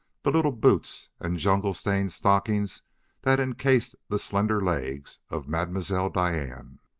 the little boots and jungle-stained stockings that encased the slender legs of mademoiselle diane.